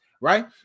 Right